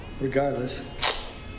regardless